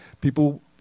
people